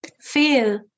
feel